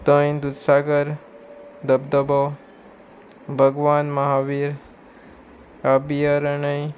थंय दुदसागर धबधबो भगवान महावीर अबियरणय